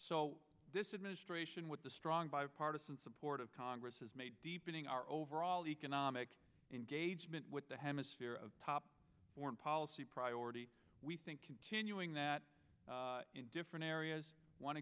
so this is ministration with the strong bipartisan support of congress has made deepening our overall economic engagement with the hemisphere of top foreign policy priority we think continuing that in different areas one